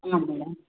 ಹಾಂ ಮೇಡಮ್